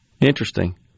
Interesting